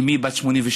אימי בת 82,